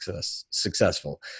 successful